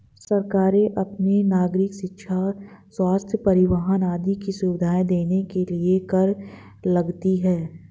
सरकारें अपने नागरिको शिक्षा, स्वस्थ्य, परिवहन आदि की सुविधाएं देने के लिए कर लगाती हैं